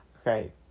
Okay